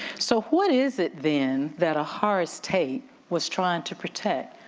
so what is it then that ah horace tate was trying to protect?